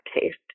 taste